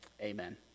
amen